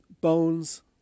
bones